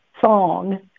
song